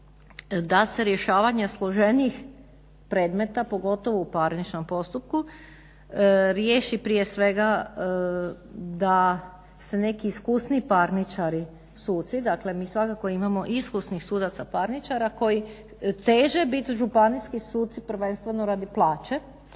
da se rješavanja složenijih predmeta, pogotovo u parničnom postupku riješi prije svega da se neki iskusniji parničari, suci, dakle mi svakako imamo iskusnih sudaca parničara koji teže biti županijski suci prvenstveno radi plaće,